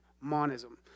monism